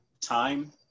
Time